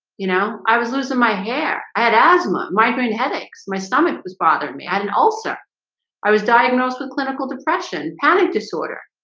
you know, i was losing my hair. i had asthma migraine headaches. my stomach was bothering me i had an ulcer i was diagnosed with clinical depression panic disorder,